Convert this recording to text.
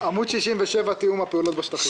עמוד 67, תיאום הפעולות בשטחים.